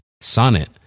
Sonnet